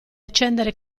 accendere